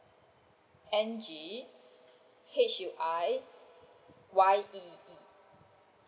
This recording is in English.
N G H U I Y E E